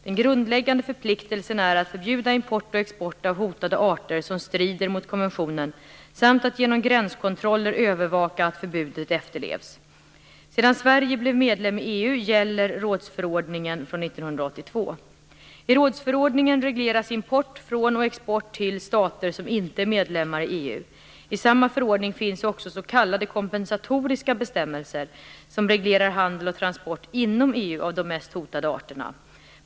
Den grundläggande förpliktelsen är att förbjuda import och export av hotade arter som strider mot konventionen samt att genom gränskontroller övervaka att förbudet efterlevs. Sedan Sverige blev medlem i EU gäller rådsförordningen från 1982. I rådsförordningen regleras import från och export till stater som inte är medlemmar i EU. I samma förordning finns också s.k. kompensatoriska bestämmelser som reglerar handel och transport inom EU av de mest hotade arterna.